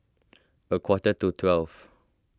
a quarter to twelve